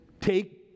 take